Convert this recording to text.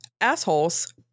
assholes